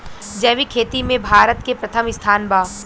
जैविक खेती में भारत के प्रथम स्थान बा